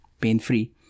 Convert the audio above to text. pain-free